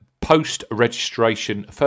post-registration